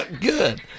Good